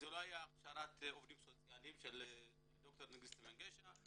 זאת לא הייתה הכשרת עובדים סוציאליים של ד"ר נגיסטו מנגשה,